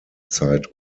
zeit